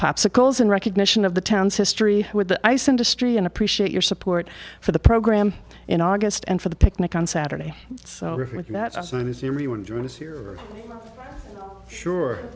popsicles in recognition of the town's history with the ice industry and appreciate your support for the program in august and for the picnic on saturday so